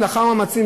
ולאחר מאמצים,